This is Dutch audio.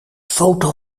foto